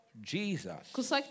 Jesus